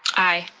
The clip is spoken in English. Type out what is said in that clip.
aye.